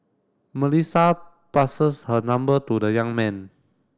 Melissa passes her number to the young man